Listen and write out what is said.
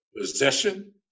possession